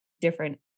different